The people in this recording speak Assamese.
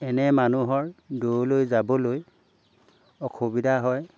এনে মানুহৰ দূৰলৈ যাবলৈ অসুবিধা হয়